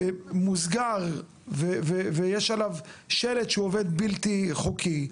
מוסגר ויש עליו שלט שהוא עובד בלתי חוקי,